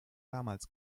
damals